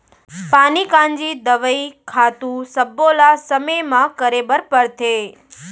पानी कांजी, दवई, खातू सब्बो ल समे म करे बर परथे